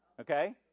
Okay